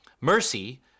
Mercy